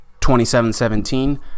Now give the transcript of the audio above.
27-17